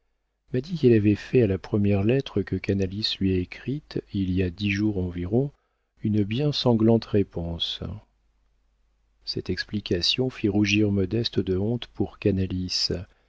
m'a dit qu'elle avait fait à la première lettre que canalis lui a écrite il y a dix jours environ une bien sanglante réponse cette explication fit rougir modeste de honte pour canalis